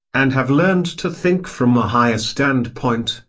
and have learned to think from a higher standpoint,